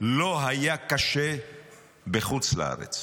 לא היה קשה בחוץ לארץ.